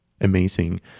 amazing